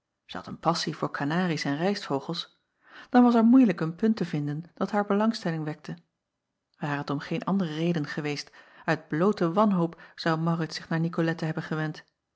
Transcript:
had een passie voor kanaries en rijstvogels dan was er moeilijk een punt te vinden dat haar belangstelling wekte are het om geen andere reden geweest uit bloote wanhoop zou aurits zich naar icolette hebben gewend